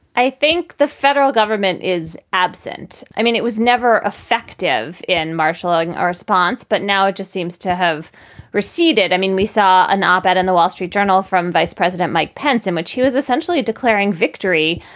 i think the federal government is absent. i mean, it was never effective in marshalling our response, but now it just seems to have receded. i mean, we saw an op ed in the wall street journal from vice president mike pence in which he was essentially declaring victory.